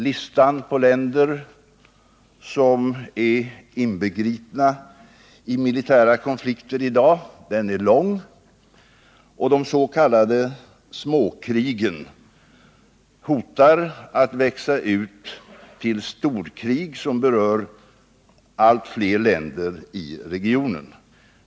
Listan på länder som är inbegripna i militära konflikter i dag är lång, och de s.k. småkrigen hotar att växa ut till storkrig som berör allt fler länder i regionen.